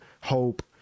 hope